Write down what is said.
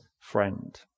friend